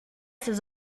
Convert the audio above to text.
ses